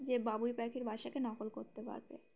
যে বাবুই পাখির বাসাকে নকল করতে পারবে